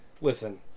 listen